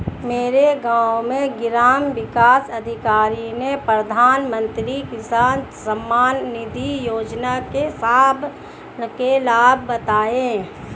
मेरे गांव में ग्राम विकास अधिकारी ने प्रधानमंत्री किसान सम्मान निधि योजना के लाभ बताएं